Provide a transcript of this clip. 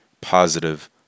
positive